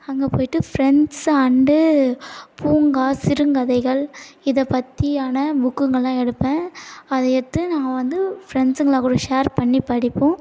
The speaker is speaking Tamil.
அங்கே போயிட்டு ஃப்ரெண்ட்ஸ் அண்டு பூங்கா சிறுகதைகள் இதைப் பற்றியான புக்குங்களெலாம் எடுப்பேன் அதை எடுத்து நான் வந்து ஃப்ரெண்ட்ஸுங்கள் கூட ஷேர் பண்ணி படிப்போம்